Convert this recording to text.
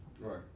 Right